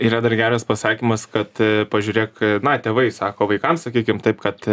yra dar geras pasakymas kad pažiūrėk na tėvai sako vaikams sakykime taip kad